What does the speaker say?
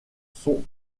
sont